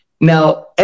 Now